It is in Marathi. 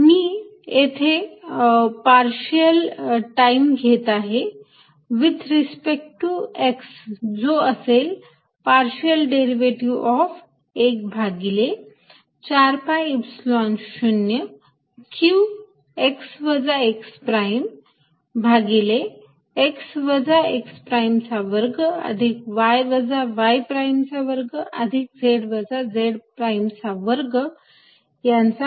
मी येथे पार्शियल टाईम घेत आहे विथ रिस्पेक्ट टू x जो असेल पार्शियल डेरिवेटिव्ह ऑफ 1 भागिले 4 pi Epsilon 0 q x वजा x प्राईम भागिले x वजा x प्राईम चा वर्ग अधिक y वजा y प्राईम चा वर्ग अधिक z वजा z प्राईम चा वर्ग यांचा 32 घात